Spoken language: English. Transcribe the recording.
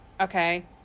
Okay